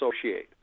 associate